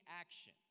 action